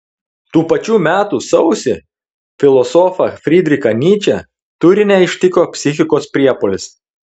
tų pačių metų sausį filosofą frydrichą nyčę turine ištiko psichikos priepuolis